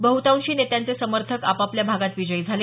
बह्तांशी नेत्यांचे समर्थक आपापल्या भागात विजयी झाले